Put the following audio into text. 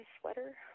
sweater